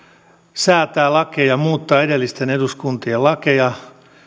säätää lakeja ja muuttaa edellisten eduskuntien lakeja